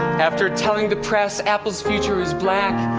after telling the press apple's future is black.